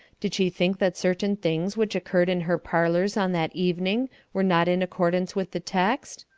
did she think that certain things which occurred in her parlours on that evening were not in accordance with the text?